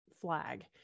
flag